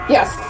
Yes